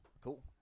cool